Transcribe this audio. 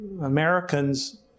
Americans